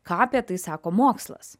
ką apie tai sako mokslas